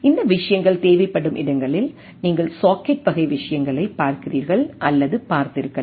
இந்த விஷயங்கள் தேவைப்படும் இடங்களில் நீங்கள் சாக்கெட் வகை விஷயங்களைப் பார்க்கிறீர்கள் அல்லது பார்த்திருக்கலாம்